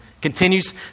continues